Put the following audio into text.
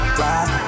ride